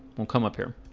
well, come up here